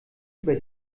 über